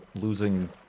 losing